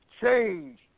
change